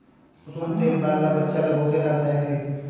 कुसुम तेल बाल अउर वचा ला बहुते लाभदायक हई